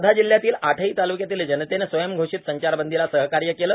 वर्धा जिल्ह्यातील आठही तालुक्यातील जनतेने स्वयंघोषीत संचारबंदीला सहकार्य केले